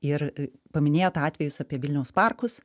ir paminėjot atvejus apie vilniaus parkus